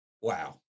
wow